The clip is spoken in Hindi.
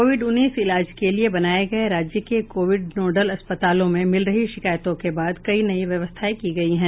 कोविड उन्नीस इलाज के लिए बनाये गये राज्य के कोविड नोडल अस्पतालों में मिल रही शिकायतों के बाद कई नई व्यवस्थाएं की गयी है